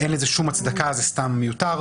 אין לזה שום הצדקה וזה סתם מיותר.